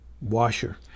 washer